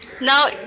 Now